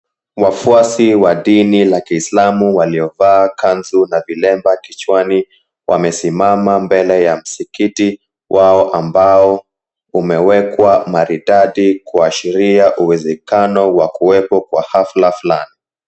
Wafwasi wa dini la kiislamu waliova kanzu na vilemba kichwani wamesimama mbele ya msikiti wao ambao umewekwa maridadi kuashiria uwezekano wa kuwepo kwa hafla flani.